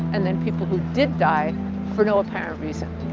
and then people who did die for no apparent reason.